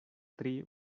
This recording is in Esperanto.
tri